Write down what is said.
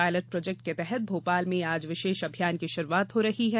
pilot project के तहत भोपाल में आज विशेष अभियान की शुरूआत हो रही है